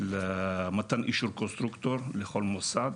מתן אישור קונסטרוקטור לכל מוסד